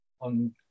on